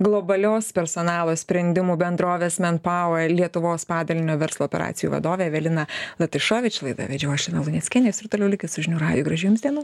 globalios personalo sprendimų bendrovės men pauer lietuvos padalinio verslo operacijų vadovę eveliną latyšovič laidą vedžiau aš lina luneckienė jūs ir toliau likit su žinių radiju gražių jums dienų